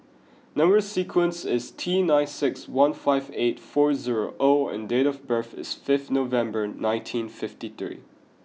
number sequence is T nine six one five eight four zero O and date of birth is fifth November nineteen fifty three